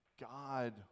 God